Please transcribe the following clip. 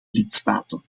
lidstaten